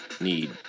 need